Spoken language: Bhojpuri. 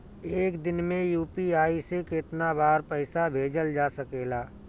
एक दिन में यू.पी.आई से केतना बार पइसा भेजल जा सकेला?